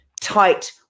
tight